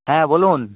হ্যাঁ বলুন